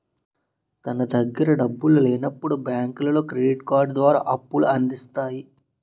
తన దగ్గర డబ్బులు లేనప్పుడు బ్యాంకులో క్రెడిట్ కార్డు ద్వారా అప్పుల అందిస్తాయి